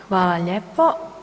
Hvala lijepo.